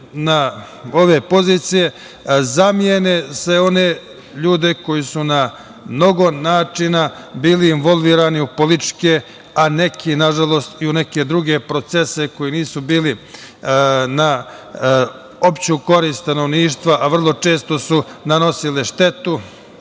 na ove pozicije zamene sve one ljude koji su na mnogo načina bili involvirani u političke, a neki nažalost i u neke druge procese koji nisu bili na opštu korist stanovništva, a vrlo često su nanosile štetu